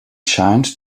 scheint